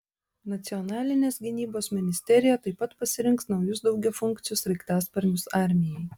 nacionalinės gynybos ministerija taip pat pasirinks naujus daugiafunkcius sraigtasparnius armijai